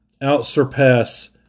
out-surpass